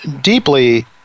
deeply